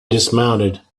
dismounted